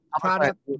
product